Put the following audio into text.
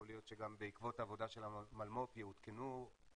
יכול להיות שגם בעקבות העבודה של המולמו"פ יעודכנו או